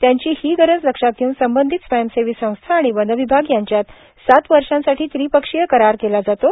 त्यांचीही गरज लक्षात घेऊन संबंधित स्वंयसेवी संस्था आणि वनविभाग यांच्यात सात वर्षांसाठी त्रिपक्षीय करार केला जातो